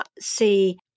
see